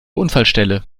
unfallstelle